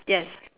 yes